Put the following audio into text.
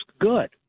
good